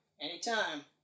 anytime